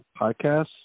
podcasts